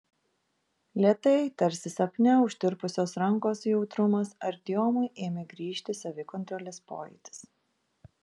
lėtai tarsi sapne užtirpusios rankos jautrumas artiomui ėmė grįžti savikontrolės pojūtis